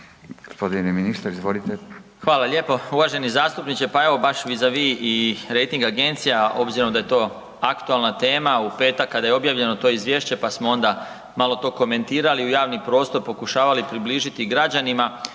Hvala lijepo. Uvaženi zastupniče. Pa evo baš vis a vis i rejting agencija obzirom da je to aktualna tema u petak kada je objavljeno to izvješće pa smo onda malo to komentirali u javni prostor, pokušavali približiti građanima